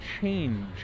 change